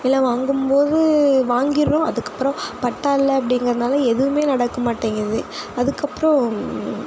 நிலம் வாங்கும்போது வாங்கிடுறோம் அதுக்கப்புறோம் பட்டா இல்லை அப்படிங்கிறதுனால எதுவுமே நடக்க மாட்டேங்கிது அதுக்கப்பறோம்